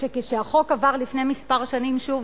כשהחוק עבר לפני כמה שנים שוב,